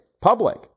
public